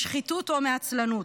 משחיתות או מעצלנות,